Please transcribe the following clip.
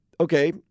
Okay